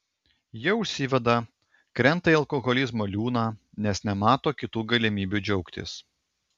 jie užsiveda krenta į alkoholizmo liūną nes nemato kitų galimybių džiaugtis